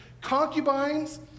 Concubines